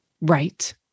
Right